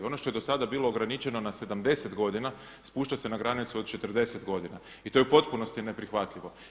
Ono što je do sada bilo ograničeno na 70 godina, spušta se na granicu od 40 godina i to je u potpunosti neprihvatljivo.